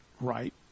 right